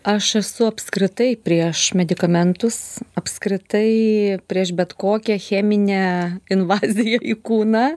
aš esu apskritai prieš medikamentus apskritai prieš bet kokią cheminę invaziją į kūną